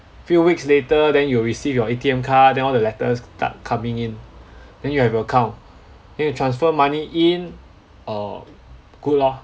few weeks later than you will receive your A_T_M card then all the letters start coming in then you have your account then you transfer money in uh good lor